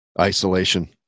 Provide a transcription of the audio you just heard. isolation